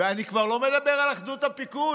ואני כבר לא מדבר על אחדות הפיקוד.